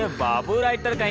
ah babu writer.